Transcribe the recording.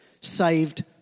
saved